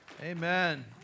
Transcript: Amen